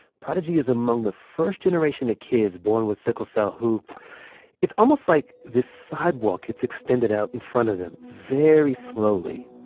prodigy is among the first generation of kids born with sickle cell who it's almost like this sidewalk gets extended out in front of them very slowly.